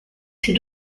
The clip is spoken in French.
ses